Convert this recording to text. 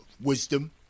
wisdom